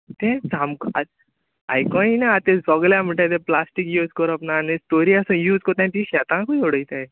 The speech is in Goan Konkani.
तेंच सामको आत आयको येयना आ ते सोगले म्हुणटाय तें प्लाश्टीक यूज कोरोप ना आनी तोरीय आसा यूज कोत्ताय आनी तीं शेतांकूय उडोयताय